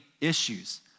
issues